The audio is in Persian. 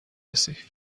رسی